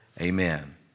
Amen